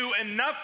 enough